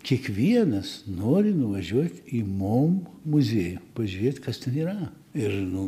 kiekvienas nori nuvažiuot į mo muziejų pažiūrėt kas yra ir nu